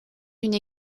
une